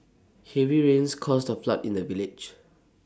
heavy rains caused A flood in the village